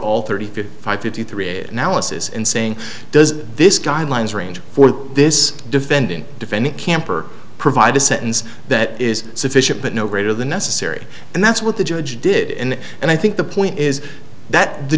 all thirty five fifty three eight analysis and saying does this guidelines range for this defendant defendant camp or provide a sentence that is sufficient but no greater than necessary and that's what the judge did in and i think the point is that the